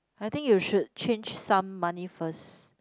I think you should change some money first